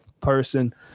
person